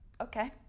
Okay